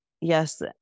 yes